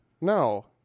No